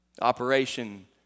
Operation